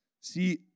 See